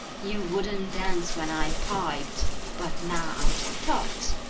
you wouldn't dance when i piped but now i've stopped,